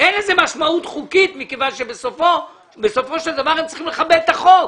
אין לזה משמעות חוקית מכיוון שבסופו של דבר הם צריכים לכבד את החוק,